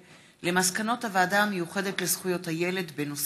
על מסקנות הוועדה המיוחדת לזכויות הילד על הצעתו של חבר